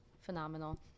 phenomenal